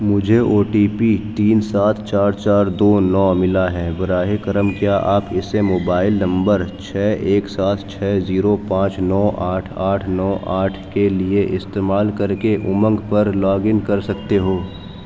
مجھے O T P تین سات چار چار دو نو ملا ہے براہ کرم کیا آپ اسے موبائل نمبر چھ ایک سات چھ زیرو پانچ نو آٹھ آٹھ نو آٹھ کے لیے استعمال کر کے امنگ پر لاگ ان کر سکتے ہو